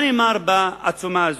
מה נאמר בעצומה הזאת?